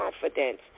confidence